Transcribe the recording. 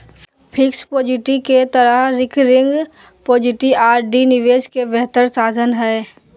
fixed deposit के तरह recurring deposit RD निवेश के बेहतर साधन हइ